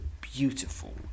beautiful